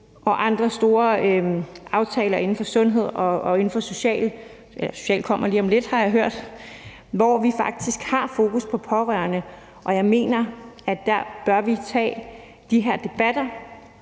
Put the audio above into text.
og andre store aftaler inden for sundhed og inden for socialområdet – eller på socialområdet kommer det lige om lidt, har jeg hørt – hvor vi faktisk har fokus på pårørende, og jeg mener, at der bør vi tage de her debatter